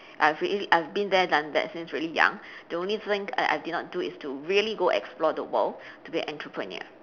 I've really I've been there done that since really young the only thing I I did not do is to really go explore the world to be entrepreneur